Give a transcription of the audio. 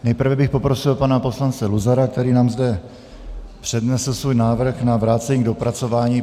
Nejprve bych poprosil pana poslance Luzara, který nám zde přednesl svůj návrh na vrácení k dopracování.